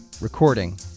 recording